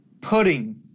Pudding